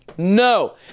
No